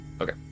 Okay